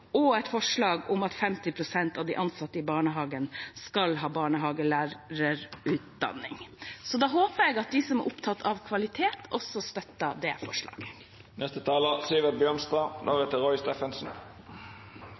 et forslag her i dag, hvor Stortinget ber regjeringen om å legge fram en plan for å styrke barnehageprofesjonen og at 50 pst. av de ansatte i barnehagen skal ha barnehagelærerutdanning. Så da håper jeg at de som